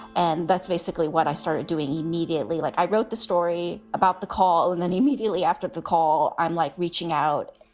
and that's basically what i started doing immediately. like i wrote the story about the call and then immediately after the call, i'm like reaching out,